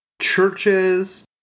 churches